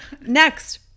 Next